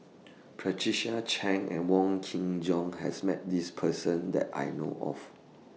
Patricia Chan and Wong Kin Jong has Met This Person that I know of